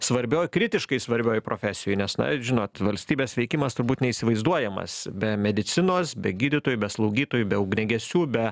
svarbioj kritiškai svarbioj profesijoj nes na žinot valstybės veikimas turbūt neįsivaizduojamas be medicinos be gydytojų be slaugytojų be ugniagesių be